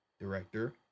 director